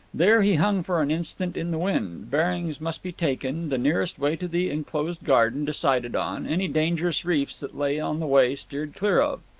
there he hung for an instant in the wind bearings must be taken, the nearest way to the enclosed garden decided on, any dangerous reefs that lay on the way steered clear of.